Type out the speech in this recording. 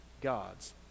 God's